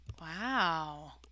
Wow